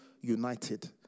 united